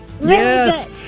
Yes